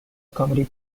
comedy